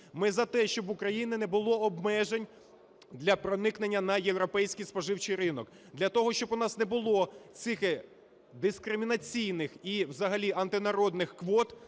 Ми за те, щоб в України не було обмежень для проникнення на європейський споживчий ринок, для того, щоб у нас не було цих дискримінаційних і взагалі антинародних квот